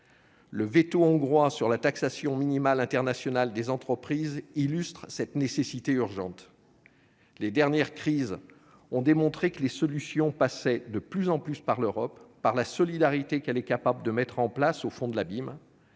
Le véto hongrois sur la taxation minimale internationale des entreprises illustre cette nécessité urgente. Les dernières crises ont montré que les solutions passaient de plus en plus par l'Europe et par la solidarité qu'elle est capable de mettre en place au bord de l'abîme.